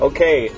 Okay